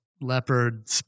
leopard